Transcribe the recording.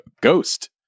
ghost